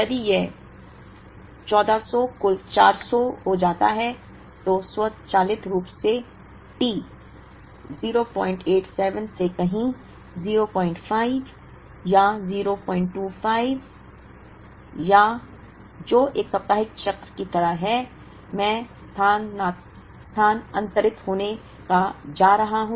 यदि यह 1400 कुल 400 हो जाता है तो स्वचालित रूप से T 087 से कहीं 05 या 025 या क्या जो एक साप्ताहिक चक्र की तरह है में स्थानांतरित होने जा रहा है